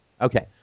Okay